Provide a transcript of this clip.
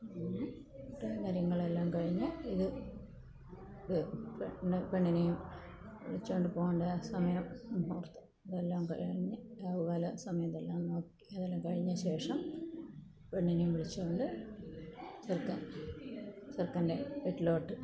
പിന്നെ ഇത്രയും കാര്യങ്ങളെല്ലാം കഴിഞ്ഞ് ഇത് പെണ്ണ് പെണ്ണിനേയും വിളിച്ചുകൊണ്ട് പോകേണ്ട സമയം മുഹൂർത്തം ഇതെല്ലാം കഴിഞ്ഞ് രാഹുകാല സമയം ഇതെല്ലാം നോക്കി ഇതെല്ലാം കഴിഞ്ഞ ശേഷം പെണ്ണിനെയും വിളിച്ചുകൊണ്ട് ചെറുക്കൻ ചെറുക്കൻ്റെ വീട്ടിലോട്ട്